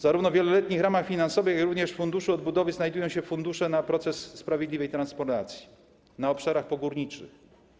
Zarówno w wieloletnich ramach finansowych, jak i w funduszu odbudowy znajdują się środki na proces sprawiedliwej transformacji na obszarach pogórniczych.